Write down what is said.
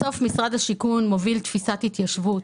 בסוף משרד השיכון מוביל תפיסת התיישבות.